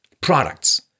products